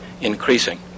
increasing